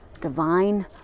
divine